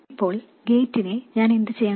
ഇപ്പോൾ ഗേറ്റിനെ ഞാൻ എന്തുചെയ്യണം